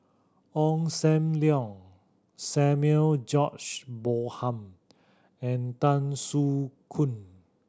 Ong Sam Leong Samuel George Bonham and Tan Soo Khoon